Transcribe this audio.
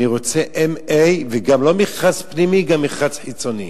אני רוצה MA, וגם לא מכרז פנימי, מכרז חיצוני.